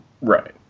Right